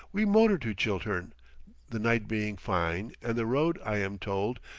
we motor to chiltern the night being fine and the road, i am told,